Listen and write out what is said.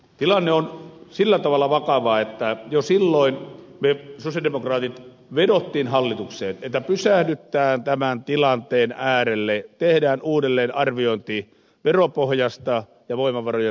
tilanne on sillä tavalla vakava että jo silloin me sosialidemokraatit vetosimme hallitukseen että pysähdytään tämän tilanteen äärelle tehdään uudelleenarviointi veropohjasta ja voimavarojen suuntaamisesta turhaan